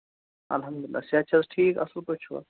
الحمدُاللہ صحت چھا حظ ٹھیٖک اَصٕل پٲٹھۍ چھِوٕ حظ